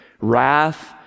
wrath